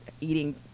eating